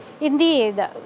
Indeed